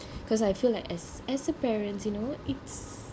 cause I feel like as as a parent you know it's